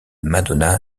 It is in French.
madonna